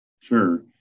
Sure